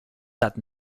that